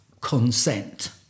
consent